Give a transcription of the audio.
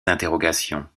interrogations